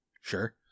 Sure